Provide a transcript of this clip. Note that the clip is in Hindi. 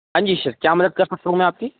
हाँ जी सर क्या मदद कर सकता हूँ मैं आपकी